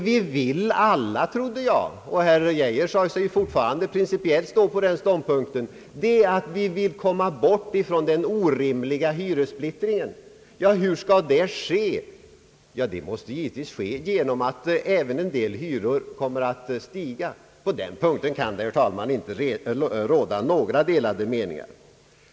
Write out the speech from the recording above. Vad vi alla vill — och herr Geijer sade sig fortfarande principiellt stå på den ståndpunkten — är att komma ifrån den orimliga hyressplittringen. Hur skall det ske? Det måste givetvis ske genom att även en del hyror kommer att stiga. På den punkten kan det, herr talman, inte råda några delade meningar.